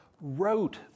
wrote